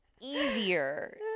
easier